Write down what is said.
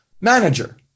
manager